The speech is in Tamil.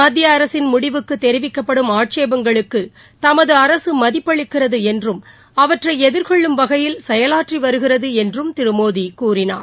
மத்திய அரசின் முடிவுக்கு தெரிவிக்கப்படும் ஆட்சேபங்களுக்கு தமது அரசு மதிப்பளிக்கிறது என்றும் அவற்றை எதிர்கொள்ளும் வகையில் செயலாற்றி வருகிறது என்றும் திரு மோடி கூறினார்